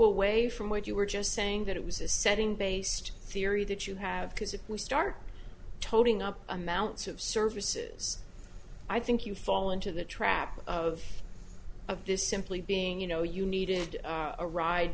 away from what you were just saying that it was a setting based theory that you have because if we start toting up amounts of services i think you fall into the trap of of this simply being you know you needed a ride